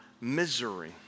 misery